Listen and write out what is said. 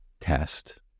test